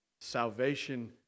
salvation